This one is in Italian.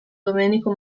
domenico